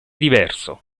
diverso